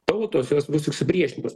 tautos jos bus tik supriešintos